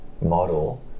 model